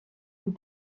plus